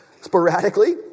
sporadically